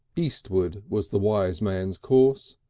eastward was the wise man's course,